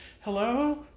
Hello